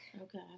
Okay